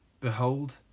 Behold